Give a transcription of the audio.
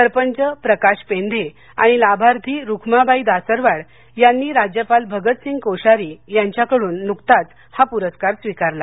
सरपंच प्रकाश पेंधे आणि लाभार्थी रुखमाबाई दासरवाड यांनी राज्यपाल भगतसिंग कोश्यारी यांच्याकडून नुकताच हा पुरस्कार स्वीकारला